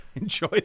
Enjoy